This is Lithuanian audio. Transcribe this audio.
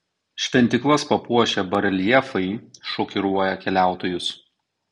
šventyklas papuošę bareljefai šokiruoja keliautojus